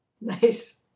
Nice